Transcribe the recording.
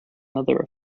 another